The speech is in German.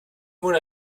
mona